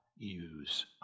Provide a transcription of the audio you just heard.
use